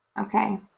Okay